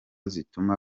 zituma